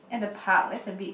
at the park that's a bit